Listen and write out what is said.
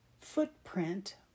footprint